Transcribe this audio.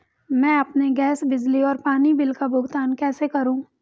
मैं अपने गैस, बिजली और पानी बिल का भुगतान कैसे करूँ?